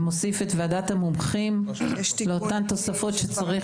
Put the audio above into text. ומוסיף את ועדת המומחים לאותן תוספות שצריך